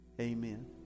Amen